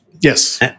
Yes